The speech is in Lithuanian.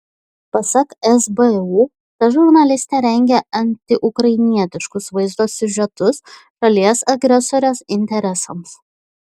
pasak sbu ta žurnalistė rengė antiukrainietiškus vaizdo siužetus šalies agresorės interesams